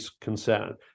concern